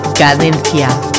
Cadencia